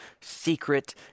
secret